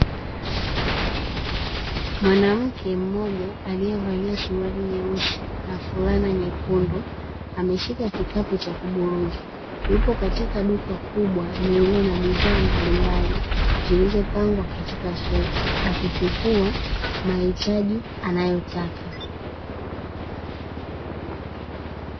Mwanamke mmoja alievalia suruali nyeusi na fulana nyekundu, ameshika kikapu cha kuburuza; yupo katika duka kubwa lililo na bidhaa mbalimbali zilizopangwa katika rafu akichukua mahitaji anayotaka.